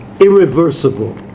irreversible